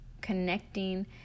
connecting